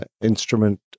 instrument